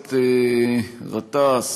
הכנסת גטאס